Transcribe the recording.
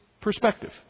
perspective